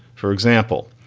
for example,